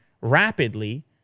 rapidly